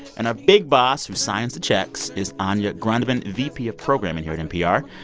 and our big boss who signs the checks is anya grundmann, vp of programming here at npr.